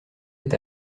est